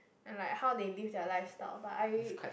and like how they live their lifestyle but I